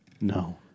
No